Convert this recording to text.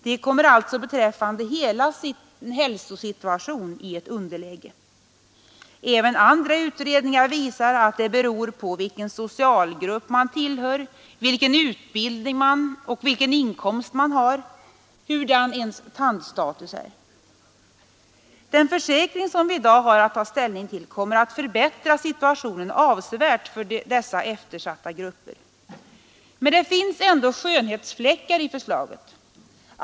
De kommer alltså beträffande hela sin hälsosituation i ett underläge. Även andra utredningar visar att det beror på vilken socialgrupp man tillhör, vilken utbildning och vilken inkomst man har hurudan ens tandstatus är. Den försäkring som vi i dag har att ta ställning till kommer att förbättra situationen avsevärt för dessa eftersatta grupper. Men det finns ändå skönhetsfläckar i förslaget.